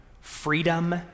freedom